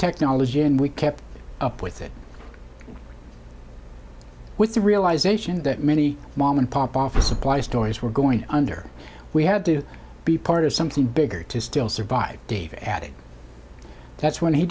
technology and we kept up with it with the realisation that many mom and pop office supply stores were going under we had to be part of something bigger to still survive david added that's when he